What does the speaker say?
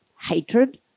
hatred